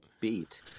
beat